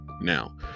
Now